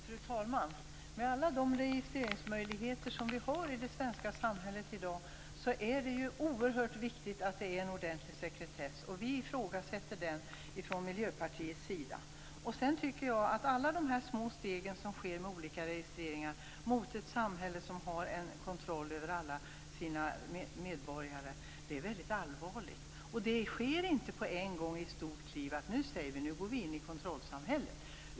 Fru talman! Med alla de registreringsmöjligheter som vi har i det svenska samhället i dag är det oerhört viktigt att det är en ordentlig sekretess. Vi ifrågasätter den från Miljöpartiets sida. Sedan tycker jag att alla de små steg som sker med olika registreringar mot ett samhälle som har en kontroll över alla sina medborgare är någonting väldigt allvarligt. Det sker inte på en gång i ett stort kliv så att vi säger: Nu går vi in i kontrollsamhället.